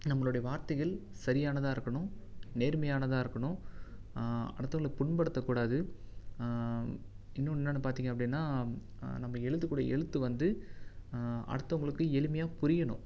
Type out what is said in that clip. நம்மளுடைய வார்த்தைகள் சரியானதாக இருக்கணும் நேர்மையானதாக இருக்கணும் அடுத்தவங்களை புண்படுத்தக்கூடாது இன்னொன்று என்னனு பார்த்திங்க அப்படின்னா நம்ம எழுதக்கூடிய எழுத்து வந்து அடுத்தவங்களுக்கு எளிமையாக புரியணும்